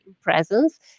Presence